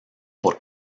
por